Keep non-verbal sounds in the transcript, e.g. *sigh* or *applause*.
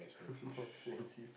*laughs* more expensive